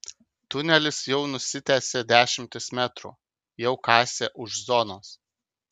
tunelis jau nusitęsė dešimtis metrų jau kasė už zonos